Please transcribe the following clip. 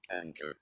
Anchor